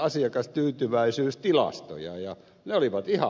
ne olivat ihan hyvät